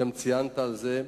גם ציינת את זה,